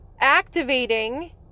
activating